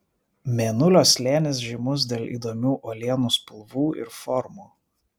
mėnulio slėnis žymus dėl įdomių uolienų spalvų ir formų